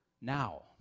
now